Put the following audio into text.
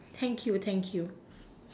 thank you thank you